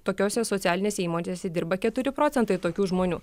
tokiose socialinėse įmonėse dirba keturi procentai tokių žmonių